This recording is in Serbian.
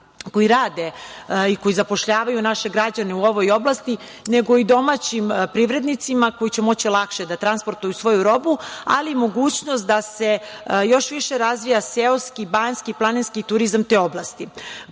koji rade i koji zapošljavaju naše građane u ovoj oblasti, nego i domaćim privrednicima koji će moći lakše da transportuju svoju robu, ali i mogućnost da se još više razvija seoski, banjski, planinski turizam te oblasti.